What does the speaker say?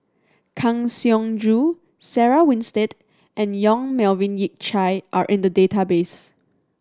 Kang Siong Joo Sarah Winstedt and Yong Melvin Yik Chye are in the database